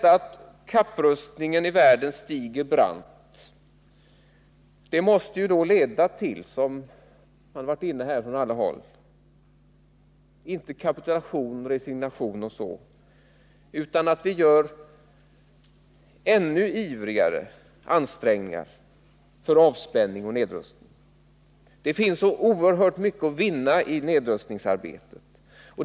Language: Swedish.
Att kapprustningskurvan i världen stiger brant måste då — vilket talare från alla håll här har varit inne på — leda inte till kapitulation och resignation utan till att vi gör ännu ivrigare ansträngningar för avspänning och nedrustning. Det finns oerhört mycket att vinna i nedrustningsarbetet.